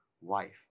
wife